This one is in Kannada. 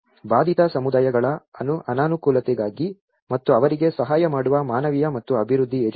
ಬಾಧಿತ ಸಮುದಾಯಗಳ ಅನಾನುಕೂಲತೆಗಾಗಿ ಮತ್ತು ಅವರಿಗೆ ಸಹಾಯ ಮಾಡುವ ಮಾನವೀಯ ಮತ್ತು ಅಭಿವೃದ್ಧಿ ಏಜೆನ್ಸಿಗಳು